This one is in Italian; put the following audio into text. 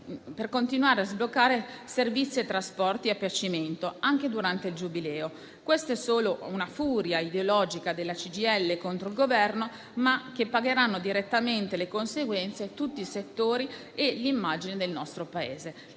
per continuare a sbloccare servizi e trasporti a piacimento, anche durante il Giubileo. Questa è solo una furia ideologica della CGIL contro il Governo, ma ne pagheranno direttamente le conseguenze tutti i settori e l'immagine del nostro Paese.